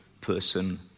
person